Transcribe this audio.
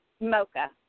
Mocha